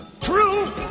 True